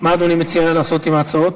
מה אדוני מציע לעשות עם ההצעות?